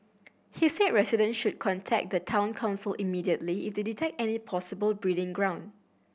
he said residents should contact the Town Council immediately if they detect any possible breeding ground